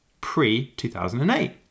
pre-2008